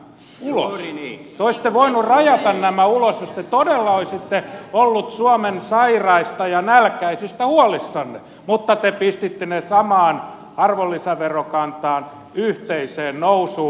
te olisitte voineet rajata nämä ulos jos te todella olisitte olleet suomen sairaista ja nälkäisistä huolissanne mutta te pistitte ne samaan arvonlisäverokantaan yhteiseen nousuun